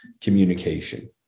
communication